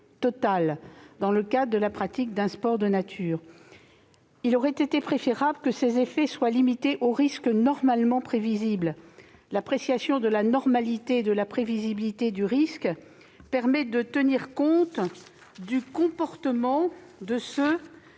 dans le cadre de la pratique d'un sport de nature. Il aurait été préférable que la responsabilité soit limitée aux risques « normalement prévisibles ». L'appréciation de la normalité et de la prévisibilité du risque permet en effet de tenir compte du comportement de ceux